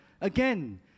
Again